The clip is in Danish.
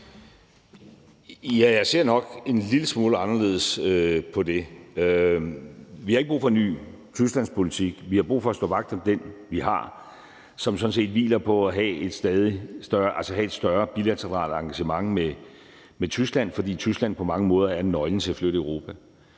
Jeg ser nok en lille smule anderledes på det. Vi har ikke brug for en ny tysklandspolitik; vi har brug for at stå vagt om den, vi har, som sådan set hviler på at have et større bilateralt engagement med Tyskland, fordi Tyskland på mange måder er nøglen til at flytte Europa.